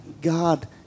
God